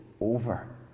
over